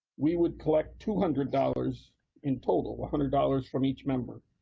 we would collect two hundred dollars in total, one hundred dollars from each member.